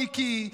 מיקי,